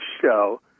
show